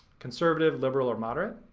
conservative, liberal, or moderate.